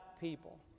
people